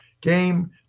game